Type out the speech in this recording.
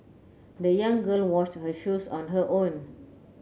the young girl washed her shoes on her own